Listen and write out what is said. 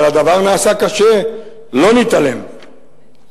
אבל הדבר נעשה קשה, לא נתעלם מכך.